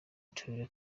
tiller